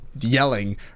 yelling